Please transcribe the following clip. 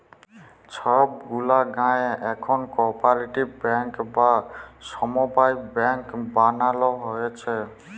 ছব গুলা গায়েঁ এখল কপারেটিভ ব্যাংক বা সমবায় ব্যাংক বালালো হ্যয়েছে